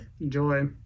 Enjoy